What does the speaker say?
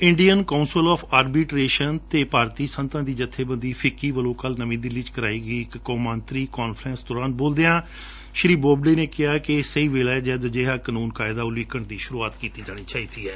Indian council of arbitration ਅਤੇ ਭਾਰਤੀ ਸਨਅਤਾਂ ਦੀ ਜੱਥੇਬੰਦੀ ਐਫਆਈਸੀਸੀਆਈ ਵੱਲੋਂ ਕਲੁ ਨਵੀ ਦਿੱਲੀ ਵਿਚ ਕਰਵਾਈ ਗਈ ਇਕ ਕੌਮਾਂਤਰੀ ਕਾਨਫਰੰਸ ਦੌਰਾਨ ਬੋਲਦਿਆਂ ਸ੍ਜੀ ਬੋਬਡੇ ਨੇ ਕਿਹਾ ਕਿ ਇਹ ਸਹੀ ਵੇਲਾ ਹੈ ਜਦ ਅਜਿਹਾ ਕਨੂੰਨ ਕਾਯਦਾ ਉਲੀਕਣ ਦੀ ਸ਼ਰੁਆਤ ਕੀਤੀ ਜਾਣੀ ਚਾਹੀਦੀ ਏ